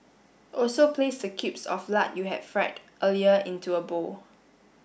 also place the cubes of lard you had fried earlier into a bowl